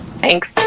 Thanks